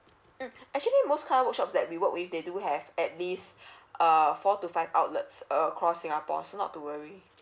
mm actually most car workshops that we work with they do have at least uh four to five outlets uh across singapore so not to worry